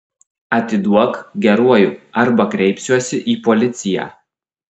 atiduok geruoju arba kreipsiuosi į policiją